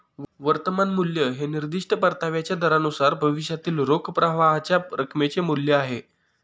वर्तमान मूल्य हे निर्दिष्ट परताव्याच्या दरानुसार भविष्यातील रोख प्रवाहाच्या रकमेचे मूल्य आहे